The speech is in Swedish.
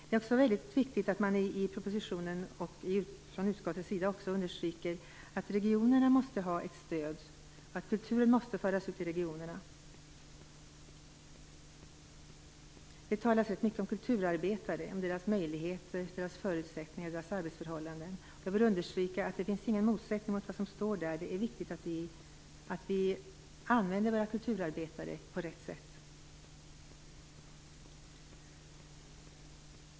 Det är också väldigt viktigt att det i propositionen och från utskottets sida understryks att regionerna måste ha ett stöd och att kulturen måste föras ut i regionerna. Det talas rätt mycket om kulturarbetare; om deras möjligheter, deras förutsättningar och deras arbetsförhållanden. Jag vill understryka att det inte finns någon motsättning mot det som skrivits om detta. Det är viktigt att vi använder våra kulturarbetare på rätt sätt.